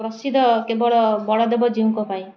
ପ୍ରସିଦ୍ଧ କେବଳ ବଳଦେବ ଜିଉଁ'ଙ୍କ ପାଇଁ